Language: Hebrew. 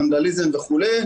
ונדליזם וכולי.